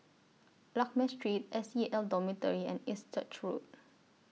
Lakme Street S C A L Dormitory and East Church Road